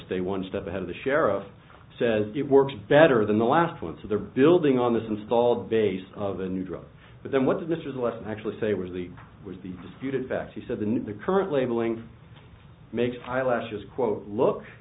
stay one step ahead of the sheriff says it works better than the last one so they're building on this installed base of a new drug but then what this is less than actually say was the was the disputed fact he said the new the current labeling makes eyelashes quote look